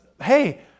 hey